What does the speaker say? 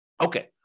Okay